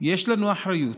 יש לנו אחריות.